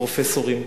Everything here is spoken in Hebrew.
פרופסורים,